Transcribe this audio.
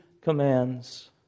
commands